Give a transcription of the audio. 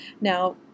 Now